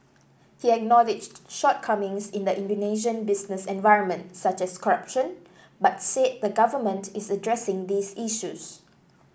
he acknowledged shortcomings in the Indonesian business environment such as corruption but said the government is addressing these issues